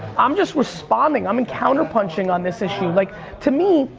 i'm just responding, i'm and counter punching on this issue. like to me,